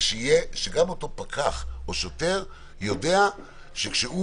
ושגם אותו פקח או שוטר יודע שכאשר הוא